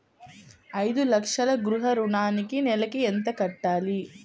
ఐదు లక్షల గృహ ఋణానికి నెలకి ఎంత కట్టాలి?